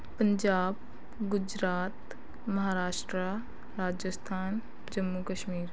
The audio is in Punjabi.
ਪੰਜਾਬ ਗੁਜਰਾਤ ਮਹਾਰਾਸ਼ਟਰਾ ਰਾਜਸਥਾਨ ਜੰਮੂ ਕਸ਼ਮੀਰ